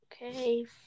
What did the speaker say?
Okay